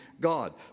God